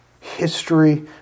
history